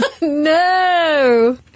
No